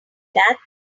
that